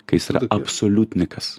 kai jis yra absoliutnykas